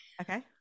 Okay